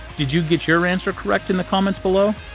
did you get your answer correct in the comments below?